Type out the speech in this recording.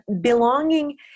belonging